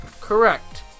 Correct